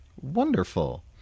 Wonderful